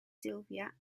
sylvia